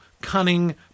cunning